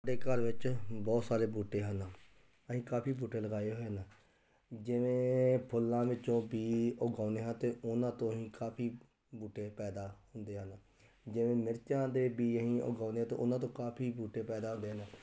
ਸਾਡੇ ਘਰ ਵਿੱਚ ਬਹੁਤ ਸਾਰੇ ਬੂਟੇ ਹਨ ਅਸੀਂ ਕਾਫੀ ਬੂਟੇ ਲਗਾਏ ਹੋਏ ਹਨ ਜਿਵੇਂ ਫੁੱਲਾਂ ਵਿੱਚੋਂ ਬੀ ਉਗਾਉਂਦੇ ਹਾਂ ਅਤੇ ਉਹਨਾਂ ਤੋਂ ਹੀ ਕਾਫੀ ਬੂਟੇ ਪੈਦਾ ਹੁੰਦੇ ਹਨ ਜਿਵੇਂ ਮਿਰਚਾਂ ਦੇ ਬੀ ਅਸੀਂ ਉਗਾਉਂਦੇ ਹਾਂ ਅਤੇ ਉਹਨਾਂ ਤੋਂ ਕਾਫੀ ਬੂਟੇ ਪੈਦਾ ਹੁੰਦੇ ਹਨ